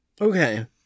Okay